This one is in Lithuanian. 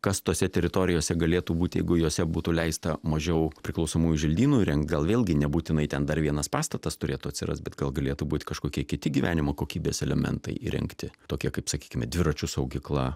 kas tose teritorijose galėtų būti jeigu jose būtų leista mažiau priklausomųjų želdynų įrengt gal vėlgi nebūtinai ten dar vienas pastatas turėtų atsirast bet gal galėtų būt kažkokie kiti gyvenimo kokybės elementai įrengti tokie kaip sakykime dviračių saugykla